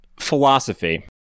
Philosophy